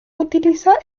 utiliza